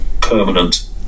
permanent